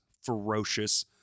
ferocious